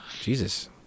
Jesus